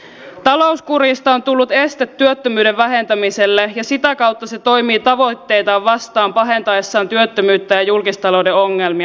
talouskurista on tullut este työttömyyden vähentämiselle ja sitä kautta se toimii tavoitteitaan vastaan pahentaessaan työttömyyttä ja julkistalouden ongelmia